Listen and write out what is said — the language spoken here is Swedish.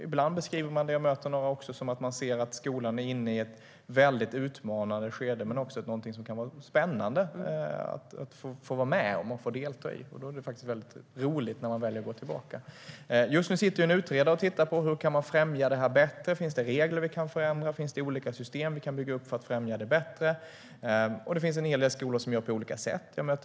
Ibland beskrivs det som att skolan är inne i ett väldigt utmanande skede, men det kan också vara spännande att vara med och delta i det. Då känns det roligt att gå tillbaka till skolan. Just nu sitter en utredare och tittar på hur vi kan främja den möjligheten för pensionerade lärare, om det finns regler vi kan ändra, om vi kan bygga upp olika system för att främja det. Det finns en hel del skolor som gör på olika sätt.